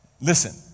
Listen